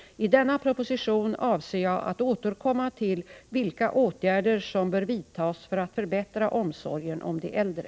I denna proposition avser jag att återkomma till vilka åtgärder som bör vidtas för att förbättra omsorgen om de äldre.